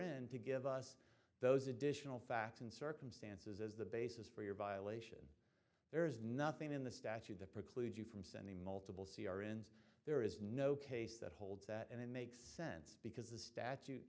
in to give us those additional facts and circumstances as the basis for your violation there is nothing in the statute that precludes you from sending multiple c r ins there is no case that holds that and it makes sense because the statute